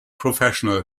professional